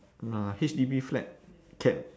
nah H_D_B flat kept